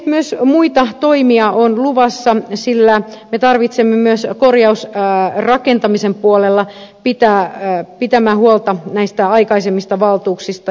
myös muita toimia on luvassa sillä meidän tarvitsee myös korjausrakentamisen puolella pitää huolta näistä aikaisemmista valtuuksista